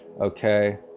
okay